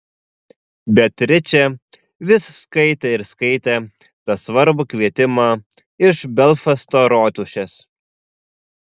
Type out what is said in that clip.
beatričė vis skaitė ir skaitė tą svarbų kvietimą iš belfasto rotušės